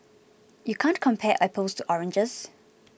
you can't compare apples to oranges